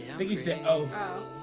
thank you say oh